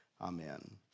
Amen